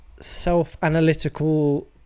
self-analytical